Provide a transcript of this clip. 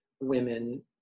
women